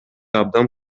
абдан